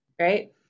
right